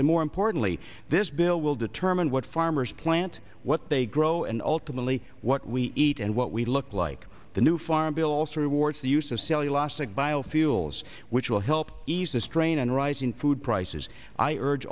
and more importantly this bill will determine what farmers plant what they grow and ultimately what we eat and what we look like the new farm bill also rewards the use of cellulosic biofuels which will help ease the strain on rising food prices i urge